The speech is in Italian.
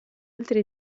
altri